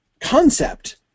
concept